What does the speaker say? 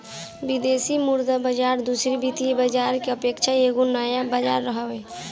विदेशी मुद्रा बाजार दूसरी वित्तीय बाजार के अपेक्षा एगो नया बाजार हवे